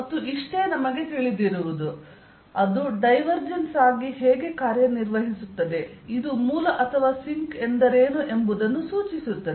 ಮತ್ತು ಇಷ್ಟೇ ನಮಗೆ ತಿಳಿದಿರುವುದು ಅದು ಡೈವರ್ಜೆನ್ಸ್ ಆಗಿ ಹೇಗೆ ಕಾರ್ಯನಿರ್ವಹಿಸುತ್ತದೆ ಇದು ಮೂಲ ಅಥವಾ ಸಿಂಕ್ ಎಂದರೇನು ಎಂಬುದನ್ನು ಸೂಚಿಸುತ್ತದೆ